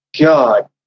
God